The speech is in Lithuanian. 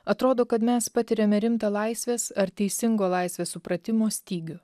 atrodo kad mes patiriame rimtą laisvės ar teisingo laisvės supratimo stygių